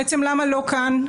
בעצם למה לא גם כאן,